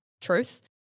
truth